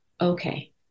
Okay